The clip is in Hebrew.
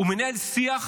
הוא מנהל שיח